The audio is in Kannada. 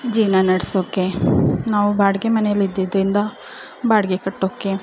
ಜೀವನ ನಡೆಸೋಕೆ ನಾವು ಬಾಡಿಗೆ ಮನೆಯಲ್ ಇದ್ದಿದ್ದರಿಂದ ಬಾಡಿಗೆ ಕಟ್ಟೋಕೆ